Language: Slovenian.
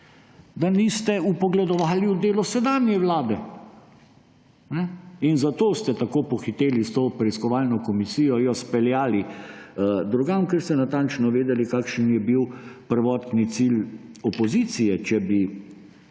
Da niste vpogledovali v delo sedanje vlade. Zato ste tako pohiteli s to preiskovalno komisijo, jo speljali drugam, ker ste natančno vedeli, kakšen je bil prvotni cilj opozicije, če bi